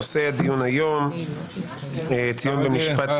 נושא הדיון היום: "ציון במשפט תיפדה"